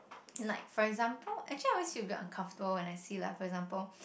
like for example actually I always feel very uncomfortable when I see like for example